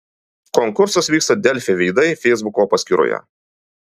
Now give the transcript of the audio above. konkursas vyksta delfi veidai feisbuko paskyroje